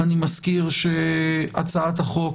אני מזכיר שהצעת החוק